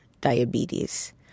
diabetes